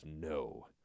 no